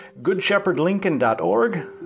goodshepherdlincoln.org